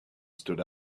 stood